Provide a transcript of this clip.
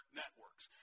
networks